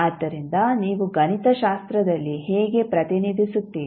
ಆದ್ದರಿಂದ ನೀವು ಗಣಿತಶಾಸ್ತ್ರದಲ್ಲಿ ಹೇಗೆ ಪ್ರತಿನಿಧಿಸುತ್ತೀರಿ